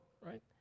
right